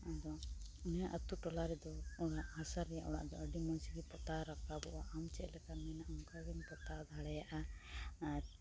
ᱟᱫᱚ ᱤᱧᱟ ᱜ ᱟ ᱛᱩ ᱴᱚᱞᱟ ᱨᱮᱫᱚ ᱚᱲᱟᱜ ᱦᱟᱥᱟ ᱨᱮᱭᱟᱜ ᱚᱲᱟᱜ ᱫᱚ ᱟᱹᱰᱤ ᱢᱚᱡᱽ ᱜᱮ ᱯᱚᱛᱟᱣ ᱨᱟᱠᱟᱵᱽ ᱵᱚᱜᱼᱟ ᱟᱢ ᱪᱮᱫ ᱞᱮᱠᱟᱢ ᱢᱮᱱᱟ ᱚᱱᱠᱟᱜᱮᱢ ᱯᱚᱛᱟᱣ ᱫᱟᱲᱮᱭᱟᱜᱼᱟ ᱟᱨ